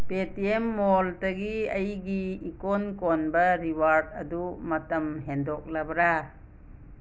ꯄꯦ T M ꯃꯣꯜꯇꯒꯤ ꯑꯩꯒꯤ ꯏꯀꯣꯟ ꯀꯣꯟꯕ ꯔꯤꯋꯥꯔꯠ ꯑꯗꯨ ꯃꯇꯝ ꯍꯦꯟꯗꯣꯛꯂꯕ꯭ꯔꯥ